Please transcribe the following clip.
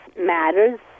matters